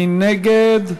מי נגד?